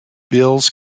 bills